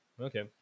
Okay